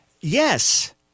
Yes